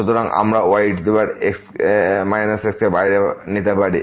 সুতরাং আমরা ye x কে বাইরে নিতে পারি